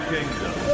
Kingdom